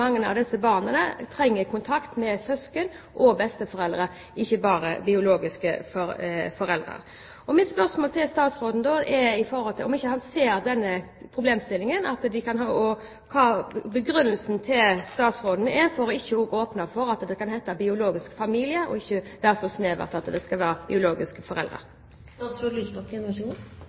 mange av disse barna trenger kontakt med søsken og besteforeldre, ikke bare biologiske foreldre. Mitt spørsmål er: Ser statsråden denne problemstillingen? Hva er statsrådens begrunnelse for ikke å åpne for at det kan innebære biologisk familie – altså ikke være så snevert at det bare skal innebære biologiske foreldre? Det er helt korrekt at flere av høringsinstansene var uenige i den begrensningen som er lagt fra departementet. Jeg mener likevel at det er riktig å være